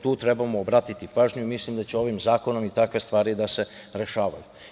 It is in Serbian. Tu treba da obratimo pažnju i mislim da će ovim zakonom i takve stvari da se rešavaju.